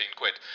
quid